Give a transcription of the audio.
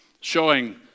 showing